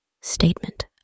Statement